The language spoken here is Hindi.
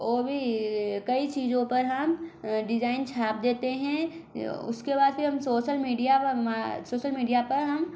ओ भी कई चीजों पर हम डिजाइन छाप देते हैं उसके बाद फिर हम सोशल मीडिया पर सोशल मीडिया पर हम